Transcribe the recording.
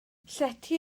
llety